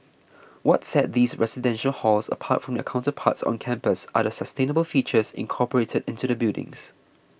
what set these residential halls apart from their counterparts on campus are the sustainable features incorporated into the buildings